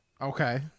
Okay